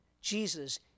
Jesus